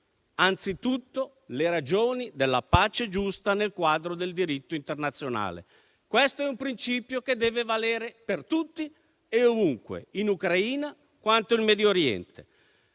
vi sono le ragioni della pace giusta nel quadro del diritto internazionale. Questo è un principio che deve valere per tutti e ovunque, in Ucraina quanto in Medio Oriente,